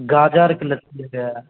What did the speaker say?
गाजरके लैथिए रऽ